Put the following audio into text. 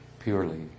purely